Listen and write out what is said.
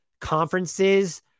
conferences